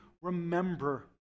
remember